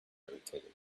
irritated